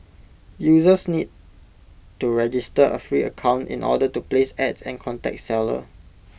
users need to register A free account in order to place ads and contact seller